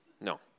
No